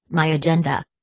my agenda?